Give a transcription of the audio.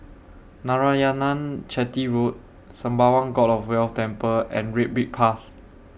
Narayanan Chetty Road Sembawang God of Wealth Temple and Red Brick Path